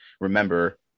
remember